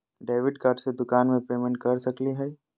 Debit card से दुकान में पेमेंट कर सकली हई?